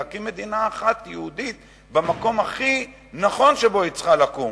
להקים מדינה אחת יהודית במקום הכי נכון שבו היא צריכה לקום,